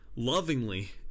lovingly